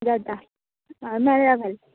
बरें जाता हय मेळ्या फाल्यां